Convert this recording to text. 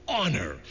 honor